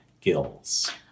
gills